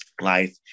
life